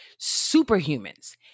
superhumans